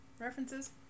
references